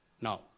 Now